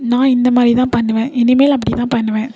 நான் இந்தமாதிரிதான் பண்ணுவேன் இனிமேல் அப்படிதான் பண்ணுவேன்